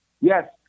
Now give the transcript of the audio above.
Yes